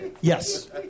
Yes